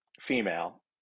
female